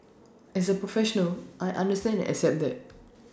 as A professional I understand and accept that